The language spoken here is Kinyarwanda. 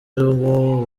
ariwo